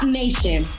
nation